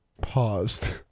paused